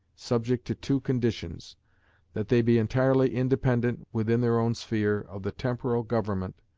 subject to two conditions that they be entirely independent, within their own sphere, of the temporal government,